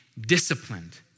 disciplined